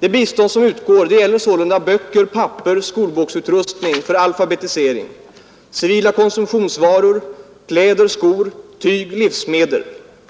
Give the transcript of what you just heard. Det bistånd som utgår gäller sålunda böcker, papper, skolutrustning för alfabetisering, civila konsumtionsvaror, kläder, skor, tyger och livsmedel.